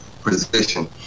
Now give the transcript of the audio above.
position